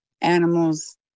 animals